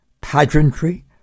pageantry